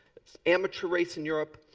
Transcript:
amateur race in europe.